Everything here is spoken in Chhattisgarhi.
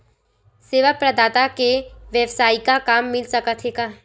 सेवा प्रदाता के वेवसायिक काम मिल सकत हे का?